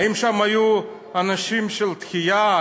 האם היו שם אנשים של התחיה?